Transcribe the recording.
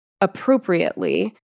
appropriately